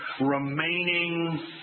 remaining